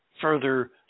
further